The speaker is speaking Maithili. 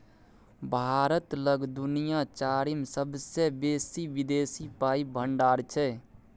भारत लग दुनिया चारिम सेबसे बेसी विदेशी पाइक भंडार छै